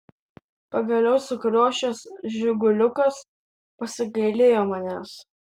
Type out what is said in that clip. pagaliau sukriošęs žiguliukas pasigailėjo manęs